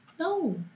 No